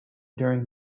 during